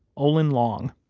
olin long.